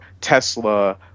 Tesla